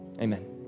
Amen